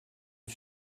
une